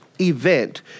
event